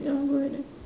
ya go ahead